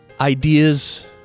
Ideas